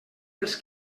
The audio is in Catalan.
els